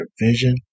vision